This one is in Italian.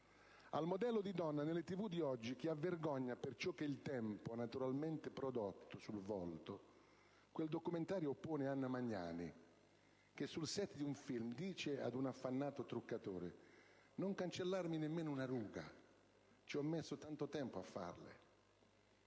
Al modello di donna nelle TV di oggi, che ha vergogna per ciò che il tempo ha naturalmente prodotto sul volto, quel documentario oppone Anna Magnani, che sul *set* di un film dice ad un affannato truccatore: «Non cancellarmi nemmeno una ruga, ci ho messo tanto tempo a farle!».